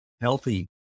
healthy